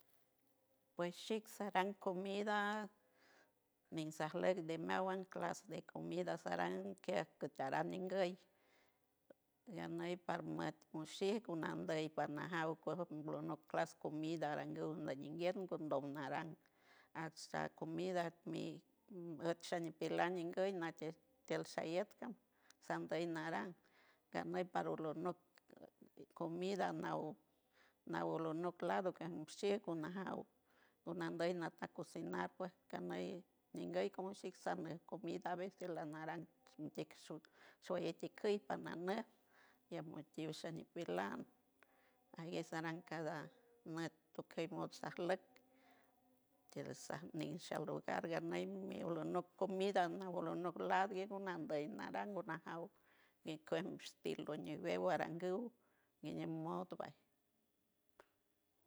Pues chit sarang comida nin sanloc de miahuan clas de comida saran quiet gut aran ninguy ganey par matichic unandey patmajaw coec pero no clas comida aranguw ndey tiel ndiec good naran at san comida mit mi shat napilan nguy nate tiel shayet ran sandey naran ganey paro lonoc comida naw naw lonoc lado gonashic, gonajaw, gonandey natan cocinar pue ganey nguey como shics sandey comida que tiel aran tic shoits ticuwy panany tiem sndiec napilan aguey saracada nat to que modo aslec tiel ni shaludan ga ney aro noc comida nawolonoc lado gue nandey naran gonajaw mi cuen shtil oñe veo orangu guiñe modo vall.